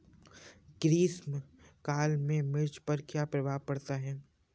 ग्रीष्म काल में मिर्च पर क्या प्रभाव पड़ता है?